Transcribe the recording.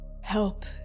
help